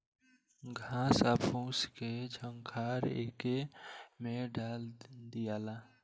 घास आ फूस के झंखार एके में डाल दियाला